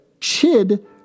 chid